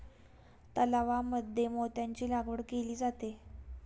तलावांमध्ये मोत्यांची लागवड केली जाते